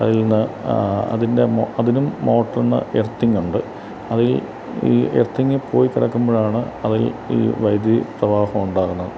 അതിൽ നിന്ന് അതിൻ്റെ അതിനും മോട്ടർ എർത്തിങ് ഉണ്ട് അതിൽ ഈ എർത്തിങ് പോയി കിടക്കുമ്പോഴാണ് അതിൽ ഈ വൈദ്യുതി പ്രവാഹം ഉണ്ടാകുന്നത്